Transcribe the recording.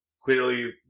Clearly